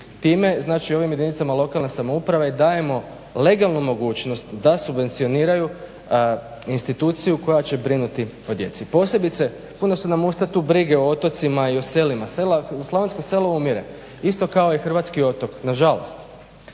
time znači ovim jedinicama lokalne samouprave dajemo legalnu mogućnost da subvencioniraju instituciju koja će brinuti o djeci. Posebice puna su nam usta tu brige o otocima i o selima. Slavonsko selo umire, isto kao i hrvatski otok, nažalost.